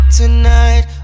tonight